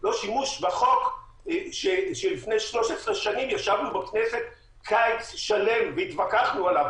לא שימוש בחוק שלפני 13 שנה ישבנו בכנסת קיץ שלם והתווכחנו עליו,